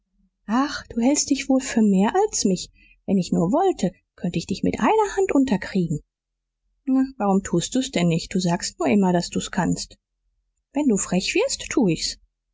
ach du hältst dich wohl für mehr als mich wenn ich nur wollte könnte ich dich mit einer hand unterkriegen na warum tust du's denn nicht du sagst nur immer daß du's kannst wenn du frech wirst tu ich's